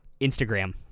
Instagram